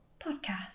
podcast